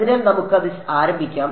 അതിനാൽ നമുക്ക് അത് ആരംഭിക്കാം